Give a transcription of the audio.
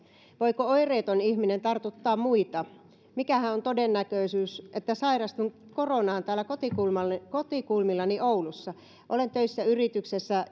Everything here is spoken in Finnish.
voiko oireeton ihminen tartuttaa muita mikähän on todennäköisyys että sairastun koronaan täällä kotikulmillani kotikulmillani oulussa olen töissä yrityksessä